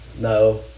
no